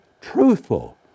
truthful